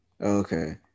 Okay